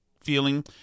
feeling